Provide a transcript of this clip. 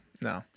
no